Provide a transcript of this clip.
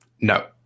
No